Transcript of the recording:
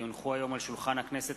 כי הונחו היום על שולחן הכנסת,